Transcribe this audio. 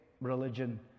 religion